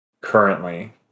currently